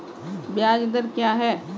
ब्याज दर क्या है?